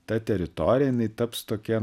ta teritorija taps tokia